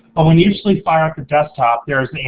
but when you initially fire up the desktop, there is